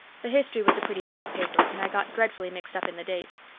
the history was a pretty hard paper and i got dreadfully mixed up in the dates.